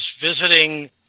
visiting